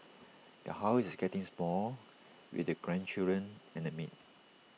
the house is getting small with the grandchildren and A maid